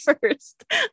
first